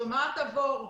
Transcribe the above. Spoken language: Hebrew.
שומעת, עבור.